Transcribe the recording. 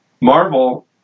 Marvel